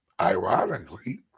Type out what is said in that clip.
ironically